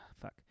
Fuck